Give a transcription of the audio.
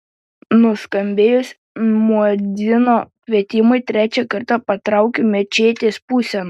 nuskambėjus muedzino kvietimui trečią kartą patraukiu mečetės pusėn